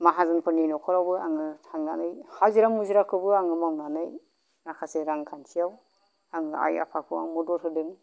माहाजोनफोरनि नखरावबो आङो थांनानै हाजिरा मुजिराखौबो आङो मावनानै माखासे रांखान्थियाव आं आइ आफाखौ आं मदद होदों